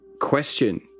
question